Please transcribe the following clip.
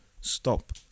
stop